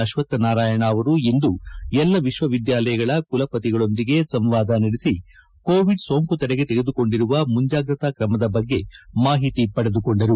ಆಶ್ವಕ್ಷನಾರಾಯಣ್ ಅವರು ಇಂದು ಎಲ್ಲ ವಿಶ್ವವಿದ್ಯಾಲಯಗಳ ಕುಲಪತಿಗಳೊಂದಿಗೆ ಸಂವಾದ ನಡೆಸಿ ಕೋವಿಡ್ ಸೋಂಕು ತಡೆಗೆ ತೆಗೆದುಕೊಂಡಿರುವ ಮುಂಜಾಗ್ರತಾ ಕ್ರಮದ ಬಗ್ಗೆ ಮಾಹಿತಿ ಪಡೆದುಕೊಂಡರು